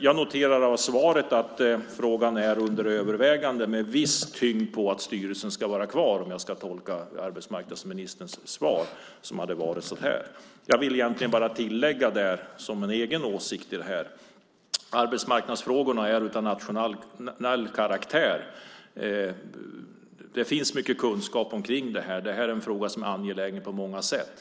Jag noterar av svaret att frågan är under övervägande, med viss tyngd på att styrelsen ska vara kvar, om jag ska tolka arbetsmarknadsministerns svar på det sättet. Jag vill egentligen bara tillägga som min egen åsikt att arbetsmarknadsfrågorna är av nationell karaktär. Det finns mycket kunskap om dem. Det är frågor som är angelägna på många sätt.